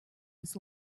his